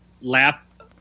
lap